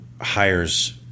hires